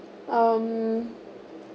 um